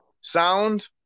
sound